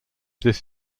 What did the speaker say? this